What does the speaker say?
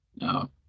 No